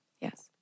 yes